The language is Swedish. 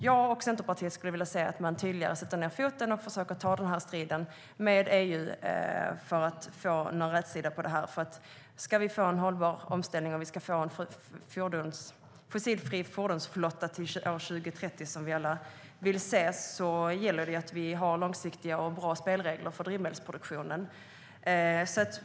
Jag och Centerpartiet skulle vilja se att man tydligare sätter ned foten och försöker ta striden med EU för att få rätsida på detta. Ska vi få en hållbar omställning och en fossilfri fordonsflotta till år 2030, som vi väl alla vill, gäller det att vi har långsiktiga och bra spelregler för drivmedelsproduktionen.